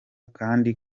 kandi